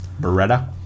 Beretta